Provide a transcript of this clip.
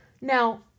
now